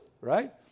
right